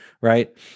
right